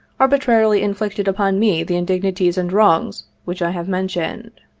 arbitrarily inflicted upon me the indig nities and wrongs which i have mentioned.